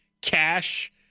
cash